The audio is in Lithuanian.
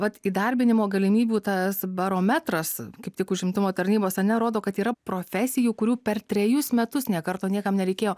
vat įdarbinimo galimybių tas barometras kaip tik užimtumo tarnybose ane rodo kad yra profesijų kurių per trejus metus nekarto niekam nereikėjo